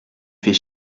fais